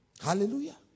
Hallelujah